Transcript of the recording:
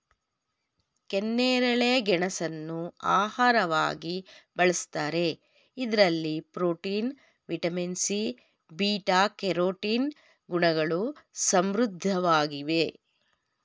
ಕೆನ್ನೇರಳೆ ಗೆಣಸನ್ನು ಆಹಾರವಾಗಿ ಬಳ್ಸತ್ತರೆ ಇದರಲ್ಲಿ protein, vitamin C, beta carotene ಗುಣಗಳು ಸಮೃದ್ಧವಾಗಿದೆ